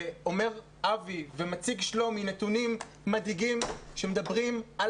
אומר אבי ומציג שלומי נתונים מדאיגים שמדברים על